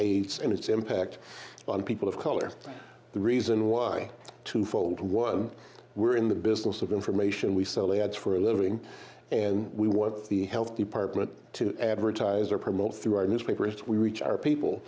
aids and its impact on people of color are the reason why twofold one we're in the business of information we sold the ads for a living and we want the health department to advertise or promote through our newspapers we reach our people